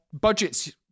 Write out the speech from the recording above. budgets